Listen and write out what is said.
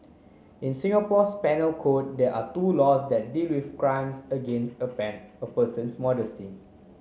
in Singapore's penal code there are two laws that with crimes against a ban a person's modesty